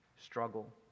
struggle